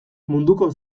munduko